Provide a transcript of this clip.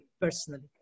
personally